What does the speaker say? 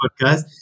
podcast